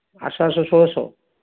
ଆଠଶହ ଆଠଶହ ଷୋଳଶହ